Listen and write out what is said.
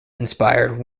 inspired